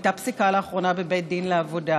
הייתה פסיקה לאחרונה בבית דין לעבודה